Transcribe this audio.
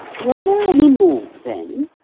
were there any more then?